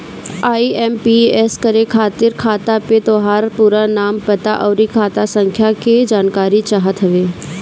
IMPS करे खातिर खाता पे तोहार पूरा नाम, पता, अउरी खाता संख्या के जानकारी चाहत हवे